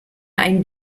ein